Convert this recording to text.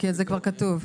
כן, זה כבר כתוב.